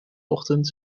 ochtend